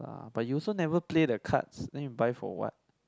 but you also never play the cards then you buy for what